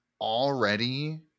already